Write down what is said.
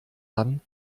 dann